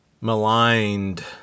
maligned